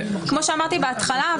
כמו שאמרתי בהתחלה,